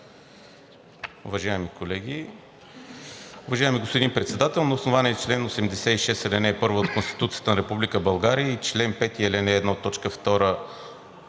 Уважаеми колеги, уважаеми господин Председател! На основание чл. 86, ал. 1 от Конституцията на Република България и чл. 5, ал.